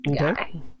Okay